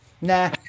nah